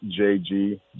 JG